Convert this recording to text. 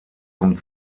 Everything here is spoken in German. zum